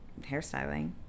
hairstyling